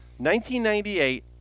1998